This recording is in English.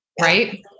right